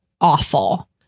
awful